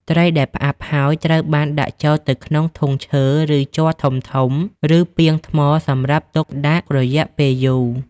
ត្រីដែលផ្អាប់ហើយត្រូវបានដាក់ចូលទៅក្នុង ធុងឈើ ឬជ័រធំៗ ឬពាងថ្មសម្រាប់ទុកដាក់រយៈពេលយូរ។